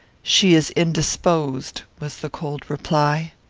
she is indisposed, was the cold reply.